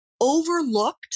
overlooked